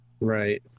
Right